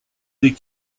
des